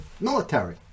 military